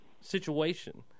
situation